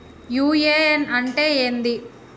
UAN అంటే ఏంది?